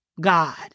God